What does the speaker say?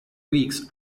weeks